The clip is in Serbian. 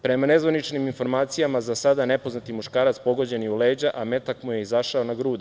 Prema nezvaničnim informacijama za sada nepoznati muškarac pogođen je u leđa, a metak mu je izašao na grudi.